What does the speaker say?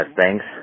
thanks